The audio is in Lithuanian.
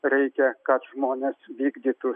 reikia kad žmonės vykdytų